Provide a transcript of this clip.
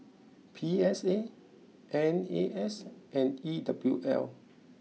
P S A N A S and E W L